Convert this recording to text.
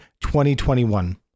2021